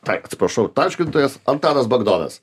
taip atsiprašau tarškintojas antanas bagdonas